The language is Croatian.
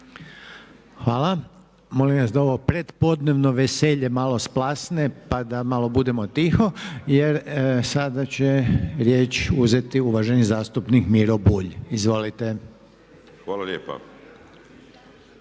Hvala. Molim vas da ovo pretpodnevno veselje malo splasne, pa da malo budemo tiho jer sada će riječ uzeti uvaženi zastupnik Miro Bulj. Izvolite. **Bulj,